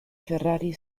ferrari